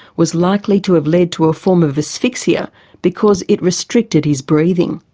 was likely to have led to a form of asphyxia because it restricted his breathing.